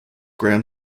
graham